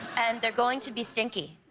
and they're going to be stinky.